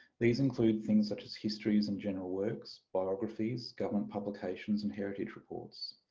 these include things such as histories and general works, biographies, government publications and heritage reports.